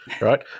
right